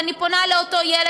ואני פונה אל אותו ילד,